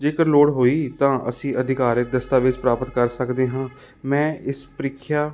ਜੇਕਰ ਲੋੜ ਹੋਈ ਤਾਂ ਅਸੀਂ ਅਧਿਕਾਰਿਤ ਦਸਤਾਵੇਜ਼ ਪ੍ਰਾਪਤ ਕਰ ਸਕਦੇ ਹਾਂ ਮੈਂ ਇਸ ਪ੍ਰੀਖਿਆ